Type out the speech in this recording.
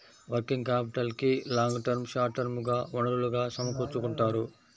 working క్యాపిటల్కి long term, short term గా వనరులను సమకూర్చుకుంటారు